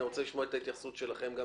אני רוצה לשמוע את ההתייחסות שלכם.